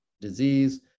disease